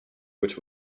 which